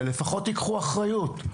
אבל לפחות תיקחו אחריות.